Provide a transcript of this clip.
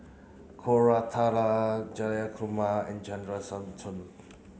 Koratala Jayakumar and